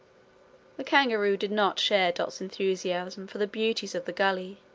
the kangaroo did not share dot's enthusiasm for the beauties of the gully.